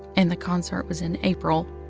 and the concert was in april.